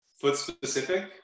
foot-specific